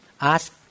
Ask